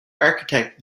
architect